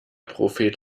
prophet